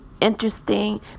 interesting